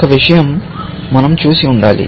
ఒక విషయం మనం చేసి ఉండాలి